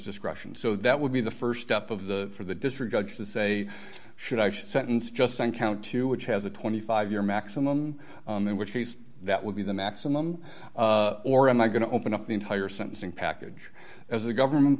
discretion so that would be the st step of the for the district judge to say should i should sentence just on count two which has a twenty five year maximum in which case that would be the maximum or am i going to open up the entire sentencing package as the government